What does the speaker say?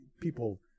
people